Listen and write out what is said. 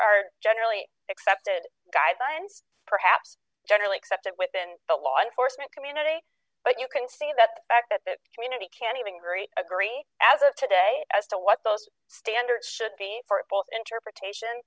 are generally accepted guidelines perhaps generally accepted within the law enforcement community but you can say that the fact that the community can't even great agree as of today as to what those standards should be for both interpretation